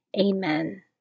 Amen